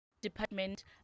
department